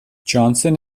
johnson